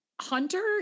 Hunter